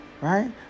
right